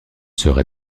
sera